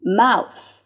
mouth